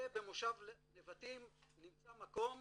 ובמושב נבטים נמצא מקום,